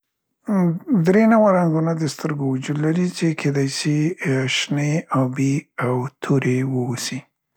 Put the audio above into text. دری نوع رنګونه د سترګو وجود لري څې کیدای سي، شنې، ابي او تورې واوسي.